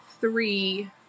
three